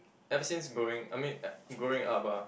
ever since growing I mean uh growing up ah